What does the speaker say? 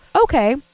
okay